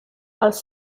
als